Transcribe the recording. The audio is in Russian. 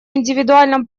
индивидуальном